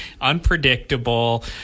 Unpredictable